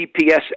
GPS